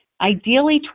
ideally